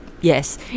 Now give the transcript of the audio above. yes